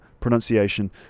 pronunciation